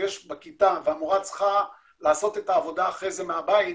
כשיש מחשב בכיתה והמורה צריכה לעשות את העבודה אחרי זה מהבית,